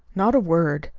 not a word.